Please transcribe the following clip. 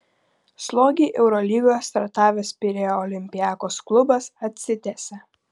slogiai eurolygoje startavęs pirėjo olympiakos klubas atsitiesia